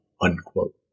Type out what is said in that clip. unquote